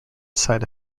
side